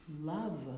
love